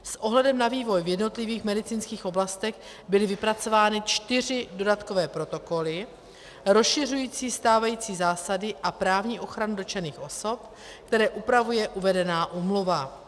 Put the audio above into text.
S ohledem na vývoj v jednotlivých medicínských oblastech byly vypracovány čtyři dodatkové protokoly rozšiřující stávající zásady a právní ochranu dotčených osob, které upravuje uvedená úmluva.